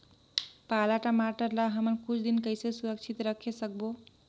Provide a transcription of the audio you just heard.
पाला टमाटर ला हमन कुछ दिन कइसे सुरक्षित रखे सकबो?